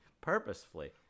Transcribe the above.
purposefully